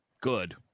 good